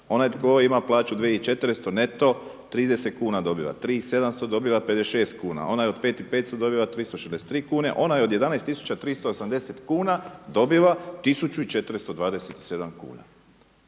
Onaj tko ima plaću 2400 neto 30 kuna dobiva, 3700 dobiva 56 kuna, onaj od 5500 dobiva 363 kune, onaj od 11380 kuna dobiva 1427 kuna.